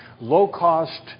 low-cost